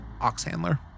Oxhandler